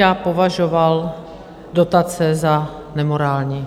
Baťa považoval dotace za nemorální.